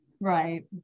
Right